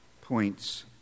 points